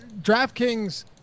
DraftKings